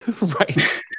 Right